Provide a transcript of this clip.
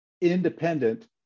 independent